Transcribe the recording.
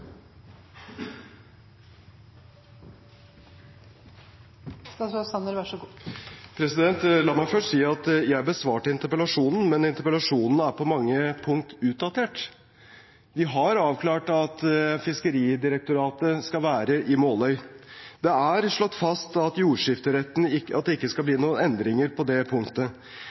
La meg først si at jeg besvarte interpellasjonen, men interpellasjonen er på mange punkt utdatert. Vi har avklart at Fiskeridirektoratet skal være i Måløy. Det er slått fast når det gjelder jordskifteretten, at det ikke skal bli noen endringer på det punktet.